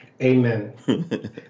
Amen